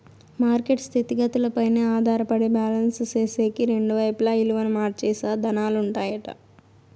market స్థితిగతులపైనే ఆధారపడి balance సేసేకి రెండు వైపులా ఇలువను మార్చే సాధనాలుంటాయట